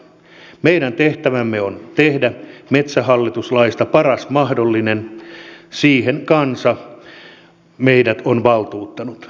meidän tehtävämme on tehdä metsähallitus laista paras mahdollinen siihen kansa meidät on valtuuttanut